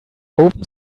open